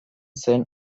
zen